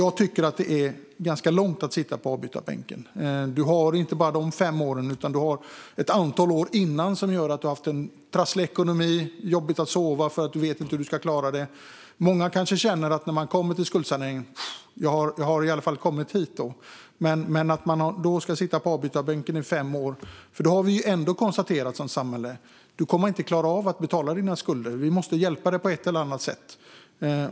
Jag tycker att det är ganska lång tid att sitta på avbytarbänken. Det handlar inte bara om de fem åren, utan man har haft ett antal år före det med trasslig ekonomi och då man har haft svårt att sova eftersom man inte har vetat hur man ska klara av det. När man kommer till skuldsaneringen kanske många känner: "Puh, jag har i alla fall kommit hit." Men då ska personen sitta på avbytarbänken, och då har vi som samhälle ändå konstaterat att man inte kommer att kunna klara av att betala sina skulder och att vi måste hjälpa till på ett eller annat sätt.